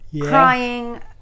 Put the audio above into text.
crying